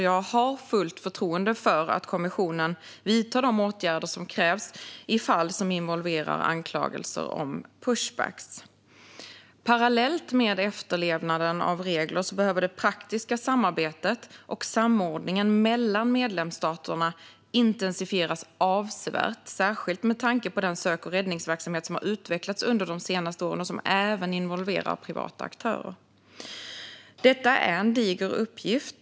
Jag har fullt förtroende för att kommissionen vidtar de åtgärder som krävs i fall som involverar anklagelser om pushbacks. Parallellt med efterlevnaden av regler behöver det praktiska samarbetet och samordningen mellan medlemsstaterna intensifieras avsevärt, särskilt med tanke på den sök och räddningsverksamhet som har utvecklats under de senaste åren och som även involverar privata aktörer. Detta är en diger uppgift.